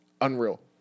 Unreal